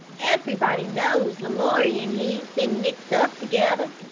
everybody knows lamoury and he's been mixed up together.